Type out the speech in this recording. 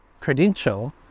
credential